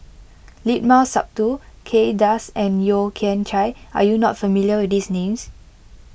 Limat Sabtu Kay Das and Yeo Kian Chye are you not familiar with these names